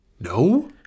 No